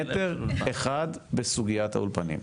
בסנטימטר אחד בסוגיית האולפנים.